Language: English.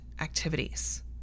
activities